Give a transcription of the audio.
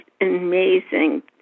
amazing